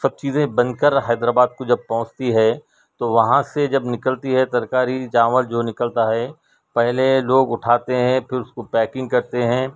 سب چیزیں بن کر حیدرآباد کو جب پہنچتی ہے تو وہاں سے جب نکلتی ہے ترکاری چاول جو نکلتا ہے پہلے لوگ اٹھاتے ہیں پھر اس کو پیکنگ کرتے ہیں